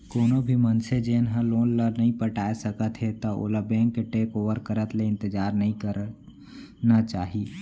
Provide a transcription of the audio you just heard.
कोनो भी मनसे जेन ह लोन ल नइ पटाए सकत हे त ओला बेंक के टेक ओवर करत ले इंतजार नइ करना चाही